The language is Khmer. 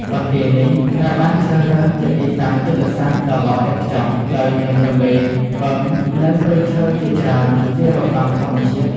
បន្ទាយនេះត្រូវបានជ្រើសរើសជាទីតាំងយុទ្ធសាស្ត្រដ៏ល្អឥតខ្ចោះ ដោយមានទន្លេ បឹង និងព្រៃឈើជាច្រើនជារបាំងធម្មជាតិ។